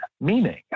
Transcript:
meaning